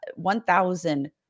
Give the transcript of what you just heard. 1,000